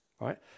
right